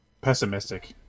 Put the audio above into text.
Pessimistic